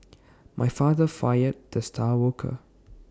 my father fired the star worker